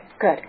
good